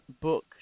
book